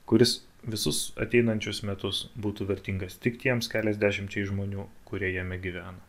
kuris visus ateinančius metus būtų vertingas tik tiems keliasdešimčiai žmonių kurie jame gyvena